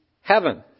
heaven